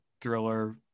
thriller